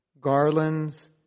garlands